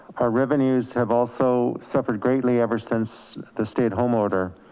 our revenues have also suffered greatly ever since the stay home order.